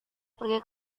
pergi